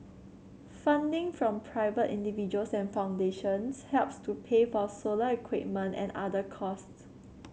funding from private individuals and foundations helps to pay for solar equipment and other costs